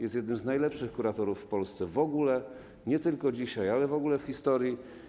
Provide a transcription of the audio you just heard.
Jest jednym z najlepszych kuratorów w Polsce, nie tylko dzisiaj, ale w ogóle w historii.